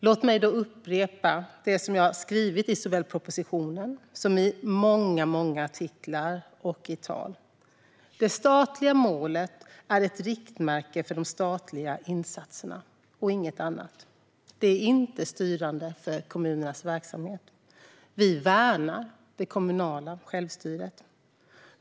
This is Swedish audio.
Låt mig därför upprepa det jag har såväl skrivit i propositionen som framfört i många, många artiklar och tal: Det statliga målet är ett riktmärke för de statliga insatserna och inget annat. Det är inte styrande för kommunernas verksamhet. Vi värnar det kommunala självstyret.